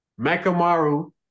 Makamaru